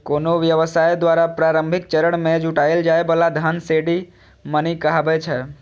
कोनो व्यवसाय द्वारा प्रारंभिक चरण मे जुटायल जाए बला धन सीड मनी कहाबै छै